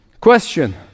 Question